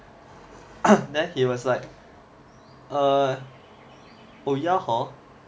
then he was like err